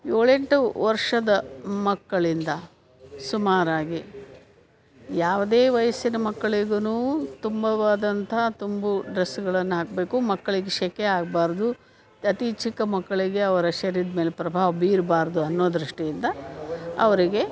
ಏಳೆಂಟು ವರ್ಷದ ಮಕ್ಕಳಿಂದ ಸುಮಾರಾಗಿ ಯಾವುದೇ ವಯಸ್ಸಿನ ಮಕ್ಕಳಿಗೂ ತುಂಬವಾದಂತಹ ತುಂಬು ಡ್ರೆಸ್ಗಳನ್ನ ಹಾಕಬೇಕು ಮಕ್ಕಳಿಗೆ ಸೆಕೆ ಆಗಬಾರ್ದು ಅತಿ ಚಿಕ್ಕ ಮಕ್ಕಳಿಗೆ ಅವರ ಶರೀರದ್ ಮೇಲೆ ಪ್ರಭಾವ ಬೀರ್ಬಾರ್ದು ಅನ್ನೋ ದೃಷ್ಟಿಯಿಂದ ಅವರಿಗೆ